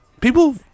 people